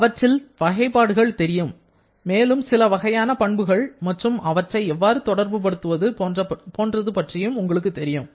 அவற்றில் வகைபாடுகள் தெரியும் மேலும் சில வகையான பண்புகள் மற்றும் அவற்றை எவ்வாறு தொடர்பு படுத்துவது என்பது பற்றியும் உங்களுக்கு தெரியும்